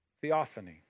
theophany